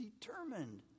determined